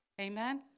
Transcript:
Amen